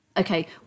okay